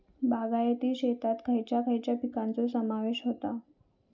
बागायती शेतात खयच्या खयच्या पिकांचो समावेश होता?